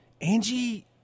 Angie